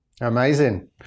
Amazing